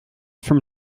from